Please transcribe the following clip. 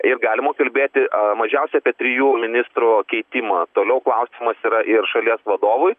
ir galima kalbėti a mažiausia apie trijų ministrų keitimą toliau klausimas yra ir šalies vadovui